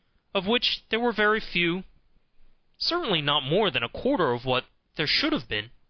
of which there were very few certainly not more than a quarter of what there should have been.